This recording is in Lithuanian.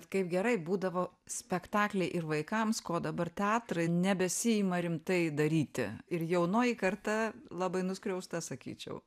kaip gerai būdavo spektakliai ir vaikams ko dabar teatrai nebesiima rimtai daryti ir jaunoji karta labai nuskriausta sakyčiau